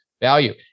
value